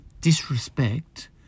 disrespect